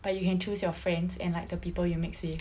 but you can choose your friends and like the people you mix with